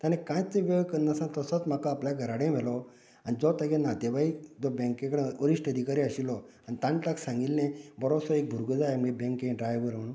ताणें कांयच वेळ कन्नासतना तसोच म्हाका आपल्या घरा कडेन व्हेलो आनी जो तेगे नातेवाईक जो बँकें कडेन वरिश्ट अधिकारी आशिल्लो आणी ताणें ताका सांगिल्लें बरोसो भुरगो जाय आमगे बँके ड्रायवर म्हूण